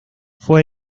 fue